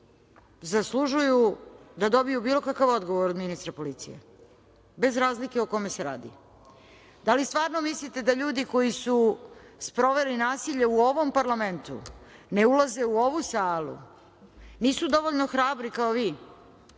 zaslužuju da dobiju bilo kakav odgovor od ministra policije, bez razlike o kome se radi? Da li stvarno mislite da ljudi koji su sproveli nasilje u ovom parlamentu, ne ulaze u ovu salu, nisu dovoljno hrabri kao vi,